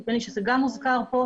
נדמה לי שזה גם הוזכר כאן.